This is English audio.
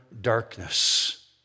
darkness